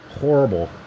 horrible